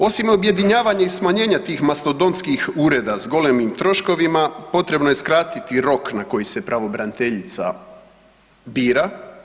Osim objedinjavanja i smanjenja tih mastodontskih ureda s golemim troškovima potrebno je skratiti rok na koji se pravobraniteljica bira.